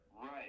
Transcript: Right